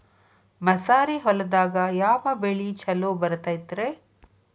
ಮಸಾರಿ ಹೊಲದಾಗ ಯಾವ ಬೆಳಿ ಛಲೋ ಬರತೈತ್ರೇ?